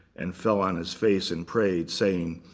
and fell on his face and prayed, saying,